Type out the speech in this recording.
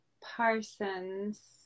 parsons